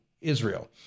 Israel